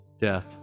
death